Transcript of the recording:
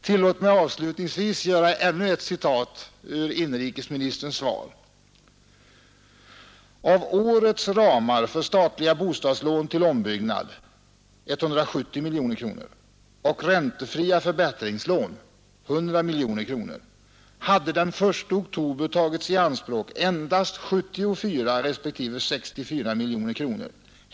Tillåt mig avslutningsvis göra ännu ett citat ur inrikesministerns svar: ”Av årets ramar för statliga bostadslån till ombyggnad, 170 miljoner kronor, och räntefria förbättringslån, 100 miljoner kronor, hade den 1 oktober tagits i anspråk endast 74 respektive 64 miljoner kronor.